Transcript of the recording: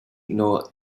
nor